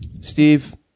Steve